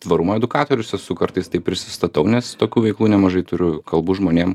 tvarumo edukatorius esu kartais taip prisistatau nes tokių vaikų nemažai turiu kalbu žmonėm